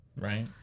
Right